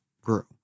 grew